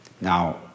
Now